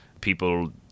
people